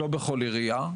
לא בכל עירייה.